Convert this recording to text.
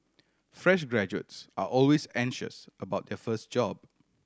fresh graduates are always anxious about their first job